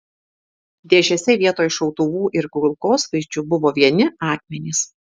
dėžėse vietoj šautuvų ir kulkosvaidžių buvo vieni akmenys